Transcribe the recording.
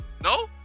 No